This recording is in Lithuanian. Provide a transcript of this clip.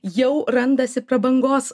jau randasi prabangos